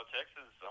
Texas